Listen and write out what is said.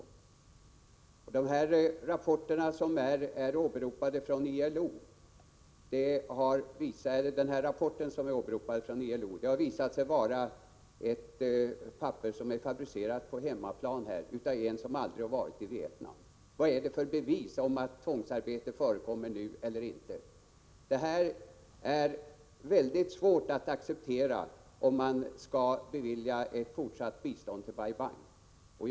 Och den rapport från ILO som är åberopad har visat sig vara ett papper som är fabricerat på hemmaplan av en som aldrig varit i Vietnam. Vad är det för bevis om tvångsarbete förekommer eller inte? Detta är svårt att acceptera, om man skall bevilja ett fortsatt bistånd till Bai Bang.